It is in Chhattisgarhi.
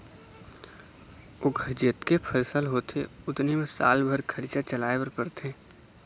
ओखर जतके फसल होथे ओतने म साल भर खरचा चलाए बर परथे